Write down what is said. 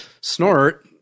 Snort